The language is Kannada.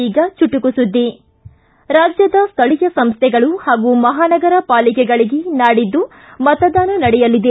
ಈಗ ಚುಟುಕು ಸುದ್ಗಿ ರಾಜ್ಞದ ಸ್ವಳೀಯ ಸಂಸ್ವೆಗಳು ಹಾಗೂ ಮಹಾನಗರ ಪಾಲಿಕೆಗಳಿಗೆ ನಾಡಿದ್ದು ಮತದಾನ ನಡೆಯಲಿದೆ